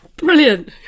brilliant